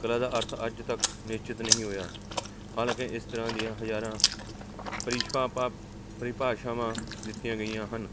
ਕਲਾ ਦਾ ਅਰਥ ਅੱਜ ਤੱਕ ਨਿਸ਼ਚਿਤ ਨਹੀਂ ਹੋਇਆ ਹਾਲਾਂਕਿ ਇਸ ਤਰ੍ਹਾਂ ਦੀਆਂ ਹਜ਼ਾਰਾਂ ਪਰਿਭਾਸ਼ਾਵਾਂ ਦਿੱਤੀਆਂ ਗਈਆਂ ਹਨ